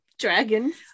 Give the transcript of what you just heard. Dragons